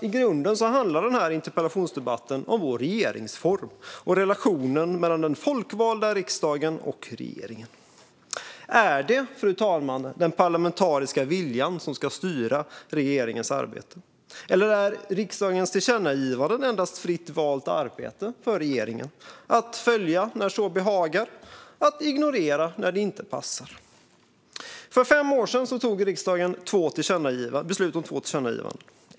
I grunden handlar den här interpellationsdebatten om vår regeringsform och relationen mellan den folkvalda riksdagen och regeringen. Är det, fru talman, den parlamentariska viljan som ska styra regeringens arbete? Eller är riksdagens tillkännagivanden endast fritt valt arbete för regeringen att följa när man så behagar och ignorera när det inte passar? För fem år sedan fattade riksdagen beslut om två tillkännagivanden.